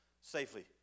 safely